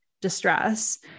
distress